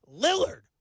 Lillard